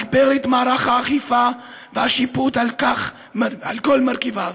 הגבר את מערך האכיפה והשיפוט על כל מרכיביו.